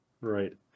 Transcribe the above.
right